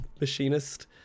machinist